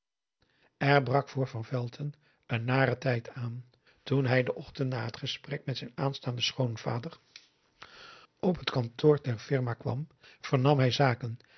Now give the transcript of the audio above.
brak voor van velton een nare tijd aan toen hij den ochtend na t gesprek met zijn aanstaanden schoonvader op t kantoor der firma kwam vernam hij zaken